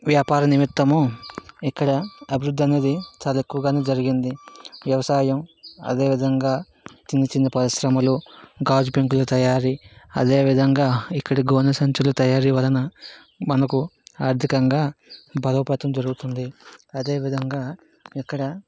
వ్యాపార నిమిత్తము ఇక్కడ అభివృద్ధి అనేది చాలా ఎక్కువగానే జరిగింది వ్యవసాయం అదేవిధంగా చిన్నచిన్న పరిశ్రమలు గాజు పెంకుల తయారీ అదేవిధంగా ఇక్కడ గోనె సంచులు తయారీ వలన మనకు ఆర్థికంగా బలోపాతం జరుగుతుంది అదేవిధంగా ఇక్కడ